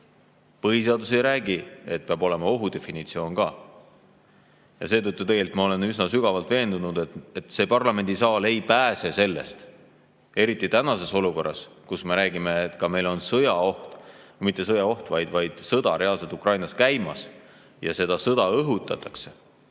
Põhiseadus ei räägi, et peab olema ohu definitsioon ka. Seetõttu olen ma sügavalt veendunud, et see parlamendisaal ei pääse sellest – eriti tänases olukorras, kus me räägime, et meil on ka sõjaoht, või mitte sõjaoht, vaid reaalselt sõda on Ukrainas käimas –, et kui sõda õhutatakse,